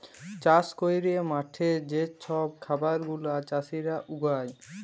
চাষ ক্যইরে মাঠে যে ছব খাবার গুলা চাষীরা উগায়